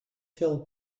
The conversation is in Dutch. veel